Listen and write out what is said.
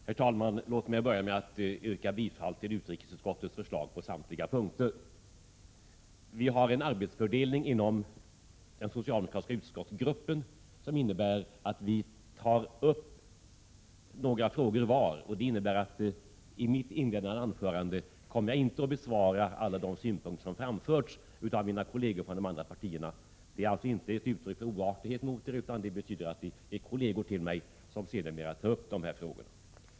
Herr talman! Låt mig börja med att yrka bifall till utrikesutskottets förslag på samtliga punkter. Vi har en arbetsfördelning inom den socialdemokratiska utskottsgruppen som innebär att vi tar upp några frågor var. Det betyder att jag i mitt inledande anförande inte kommer att bemöta alla de synpunkter som framförts av mina kolleger från de andra partierna. Det är inte ett uttryck för oartighet mot er, utan kolleger till mig kommer sedermera att ta upp dessa frågor.